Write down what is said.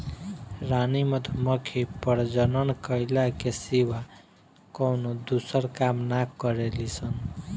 रानी मधुमक्खी प्रजनन कईला के सिवा कवनो दूसर काम ना करेली सन